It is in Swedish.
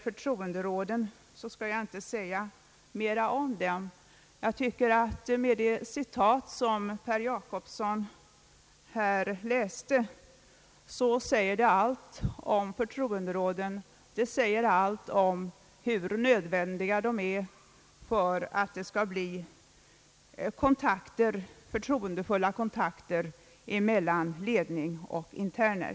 Förtroenderåden skall jag inte säga mera om. Det citat som herr Jacobsson här läste säger allt om förtroenderåden, det säger allt om hur nödvändiga de är för att det skall bli förtroendefulla kontakter mellan anstaltsledning och interner.